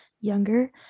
younger